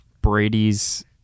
Brady's